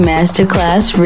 Masterclass